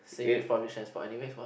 saying with public transport anyways what